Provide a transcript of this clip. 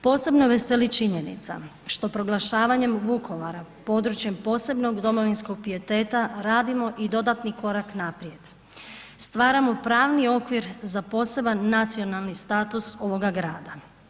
Posebno veseli činjenica što proglašavanjem Vukovara područjem posebnog domovinskog pijeteta radimo i dodatni korak naprijed, stvaramo pravni okvir za poseban nacionalni status ovoga grada.